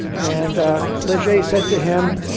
and leger said to him,